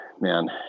man